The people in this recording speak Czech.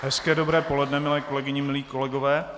Hezké dobré poledne, milé kolegyně, milí kolegové.